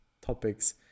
topics